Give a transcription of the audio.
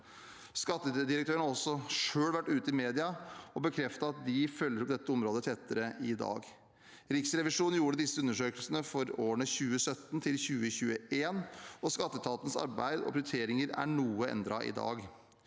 Skattedirektøren har også selv vært ute i mediene og bekreftet at de følger opp dette området tettere i dag. Riksrevisjonen gjorde disse undersøkelsene for årene 2017–2021, og skatteetatens arbeid og prioriteringer er noe endret i dag.